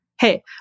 Hey